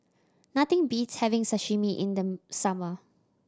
nothing beats having Sashimi in the summer